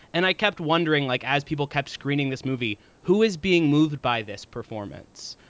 and i kept wondering, like, as people kept screening this movie, who is being moved by this performance?